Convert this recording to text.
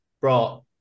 bro